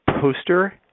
poster